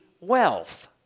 wealth